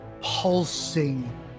pulsing